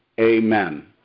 Amen